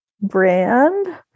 brand